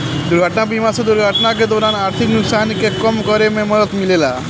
दुर्घटना बीमा से दुर्घटना के दौरान आर्थिक नुकसान के कम करे में मदद मिलेला